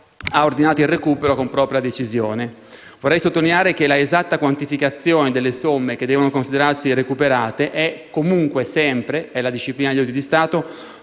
ha ordinato il recupero, con propria decisione. Vorrei sottolineare che l'esatta quantificazione delle somme che devono considerarsi recuperate è, comunque, sempre - è la disciplina degli aiuti di Stato